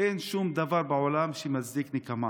אין שום דבר בעולם שמצדיק נקמה.